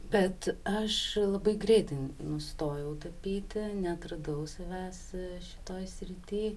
bet aš labai greitai nustojau tapyti neatradau savęs šitoj srity